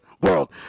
world